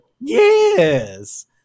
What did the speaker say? yes